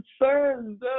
concerns